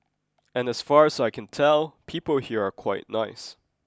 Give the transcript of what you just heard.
and as far as I can tell people here are quite nice